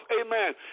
amen